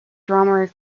drummer